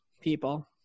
people